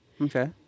Okay